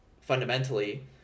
fundamentally